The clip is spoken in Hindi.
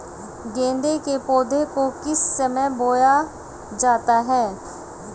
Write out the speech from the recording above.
गेंदे के पौधे को किस समय बोया जाता है?